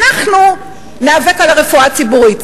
אנחנו ניאבק על הרפואה הציבורית.